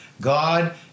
God